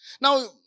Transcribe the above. Now